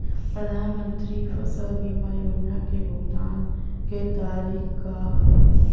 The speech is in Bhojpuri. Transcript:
प्रधानमंत्री फसल बीमा योजना क भुगतान क तरीकाका ह?